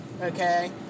Okay